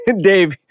Dave